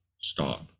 stop